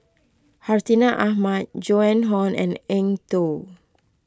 Hartinah Ahmad Joan Hon and Eng Tow